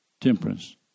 temperance